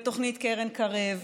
תוכנית קרן קרב,